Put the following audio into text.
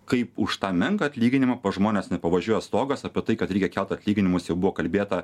kaip už tą menką atlyginimą pas žmones nepavažiuoja stogas apie tai kad reikia kelt atlyginimus jau buvo kalbėta